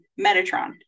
Metatron